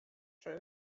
czy